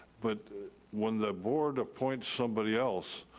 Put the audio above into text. but when the board appoints somebody else,